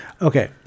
Okay